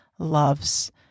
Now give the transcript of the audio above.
loves